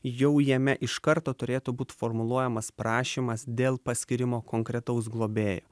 jau jame iš karto turėtų būt formuluojamas prašymas dėl paskyrimo konkretaus globėjo